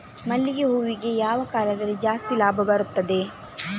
ಮಲ್ಲಿಗೆ ಹೂವಿಗೆ ಯಾವ ಕಾಲದಲ್ಲಿ ಜಾಸ್ತಿ ಲಾಭ ಬರುತ್ತದೆ?